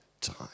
time